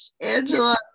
Angela